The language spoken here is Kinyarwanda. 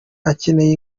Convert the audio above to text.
akeneye